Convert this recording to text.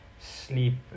sleep